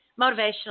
motivational